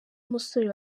musore